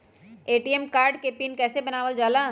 ATM card के PIN कैसे बनावल जाला?